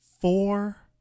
Four